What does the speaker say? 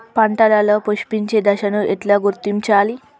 పంటలలో పుష్పించే దశను ఎట్లా గుర్తించాలి?